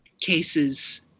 cases